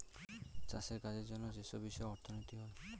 চাষের কাজের জন্য যেসব বিষয়ে অর্থনীতি হয়